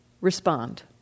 Respond